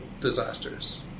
disasters